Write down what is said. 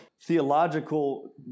theological